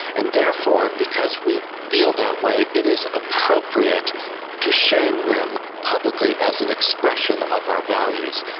and therefore because we feel that way it is appropriate to shame them publicly as an expression of our values.